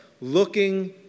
looking